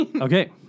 Okay